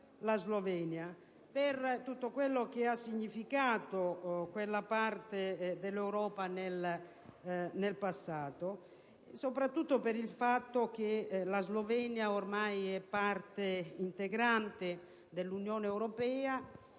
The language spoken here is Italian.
e non solo per tutto quello che ha significato quella parte dell'Europa nel passato, ma anche e soprattutto per il fatto che la Slovenia è ormai parte integrante dell'Unione europea